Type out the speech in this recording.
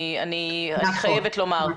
אני חייבת לומר.